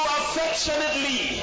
affectionately